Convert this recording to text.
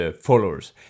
followers